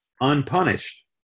unpunished